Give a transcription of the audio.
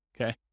Okay